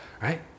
right